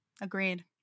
agreed